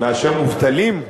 מאשר מובטלים?